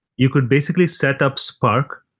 you could basically set up spark